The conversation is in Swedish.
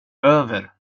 över